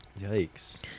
yikes